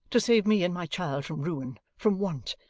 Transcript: to save me and my child from ruin, from want,